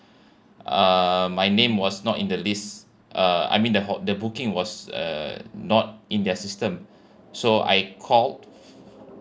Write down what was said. uh my name was not in the list uh I mean the ho~ the booking was uh not in their system so I called